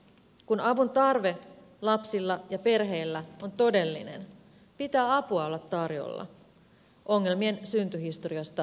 kun avuntarve lapsilla ja perheillä on todellinen pitää apua olla tarjolla ongelmien syntyhistoriasta riippumatta